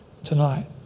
Tonight